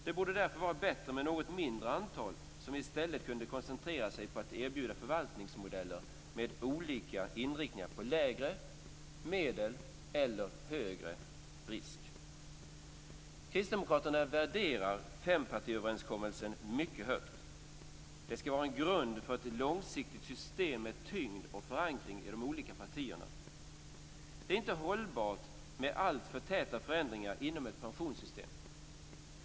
Det borde därför vara bättre med ett något mindre antal som i stället kunde koncentrera sig på att erbjuda förvaltningsmodeller med olika inriktningar på lägre risk, medelrisk eller högre risk. Kristdemokraterna värderar fempartiöverenskommelsen mycket högt. Den skall vara en grund för ett långsiktigt system med tyngd och förankring i de olika partierna. Det är inte hållbart med alltför täta förändringar inom ett pensionssystem.